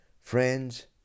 Friends